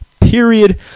period